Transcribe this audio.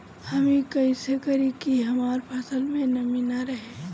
हम ई कइसे करी की हमार फसल में नमी ना रहे?